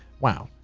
wow.